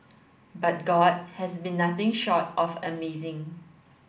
but God has been nothing short of amazing